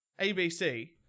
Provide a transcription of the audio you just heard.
ABC